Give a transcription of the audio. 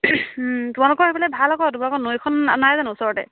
তোমালোকৰ সেইফালে ভাল আকৌ তোমালোকৰ নৈখন নাই জানো ওচৰতে